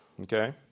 Okay